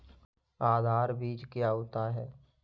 आधार बीज क्या होता है?